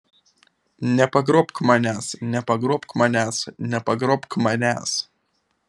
nepagrobk manęs nepagrobk manęs nepagrobk manęs